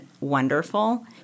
wonderful